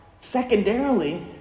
Secondarily